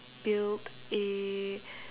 build a